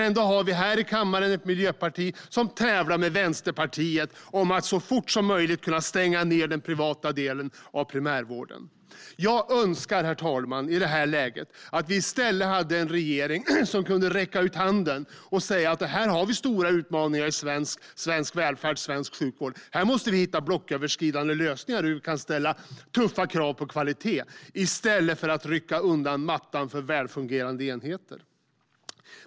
Ändå tävlar Miljöpartiet här i kammaren med Vänsterpartiet om att så fort som möjligt kunna stänga ned den privata delen av primärvården. Jag önskar, herr talman, att vi i detta läge i stället hade en regering som kunde räcka ut handen och säga att vi har stora utmaningar i svensk välfärd och sjukvård och att vi måste hitta blocköverskridande lösningar för att kunna ställa tuffa kvalitetskrav, i stället för att rycka undan mattan för välfungerande enheter.